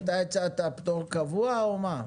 ואתה הצעת פטור קבוע או מה?